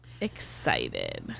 excited